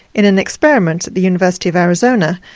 in an experiment at the university of arizona,